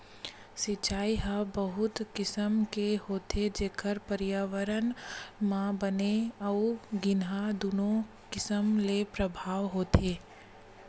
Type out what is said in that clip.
सिचई ह बहुत किसम ले होथे जेखर परयाबरन म बने अउ गिनहा दुनो किसम ले परभाव होथे